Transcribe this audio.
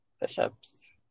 Push-ups